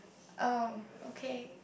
oh okay